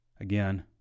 Again